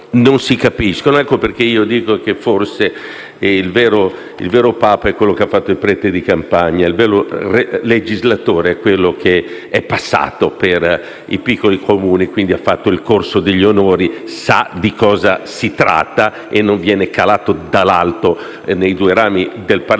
non si capiscono. Ecco perché dico che forse il vero Papa è quello che ha fatto il prete di campagna: il vero legislatore è quello che è passato per i piccoli Comuni, che quindi ha fatto il corso degli onori e sa di cosa si tratta non essendo stato calato dall'alto nei due rami del Parlamento